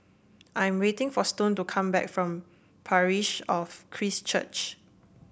I am waiting for Stone to come back from Parish of Christ Church